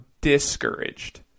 discouraged